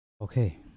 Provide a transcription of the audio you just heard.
Okay